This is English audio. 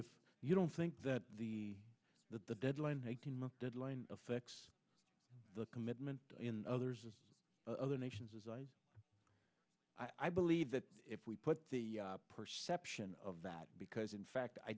if you don't think that the that the deadline eighteen month deadline affects the commitment in others and other nations as i believe that if we put the perception of that because in fact i